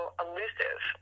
elusive